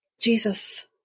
Jesus